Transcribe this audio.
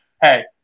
Hey